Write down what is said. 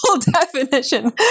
definition